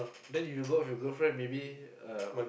then you go out with your girlfriend maybe uh